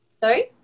Sorry